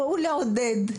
בואו לעודד.